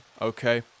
okay